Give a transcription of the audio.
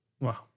Wow